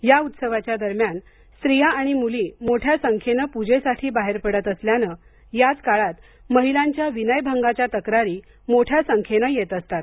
या उत्सवाच्या दरम्यान स्त्रिया आणि मुली मोठ्या संख्येनं पूजेसाठी बाहेर पडत असल्याने याच काळात महिलांच्या विनयभंगाच्या तक्रारी मोठ्या संख्येनं येत असतात